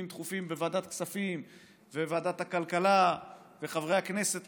דחופים בוועדת הכספים ובוועדת הכלכלה וחברי הכנסת